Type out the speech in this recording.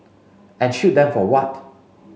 and shoot them for what